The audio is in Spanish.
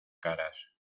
caras